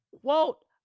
quote